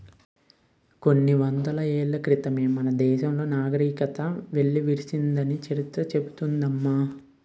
కొన్ని వందల ఏళ్ల క్రితమే మన దేశంలో నాగరికత వెల్లివిరిసిందని చరిత్ర చెబుతోంది అమ్మ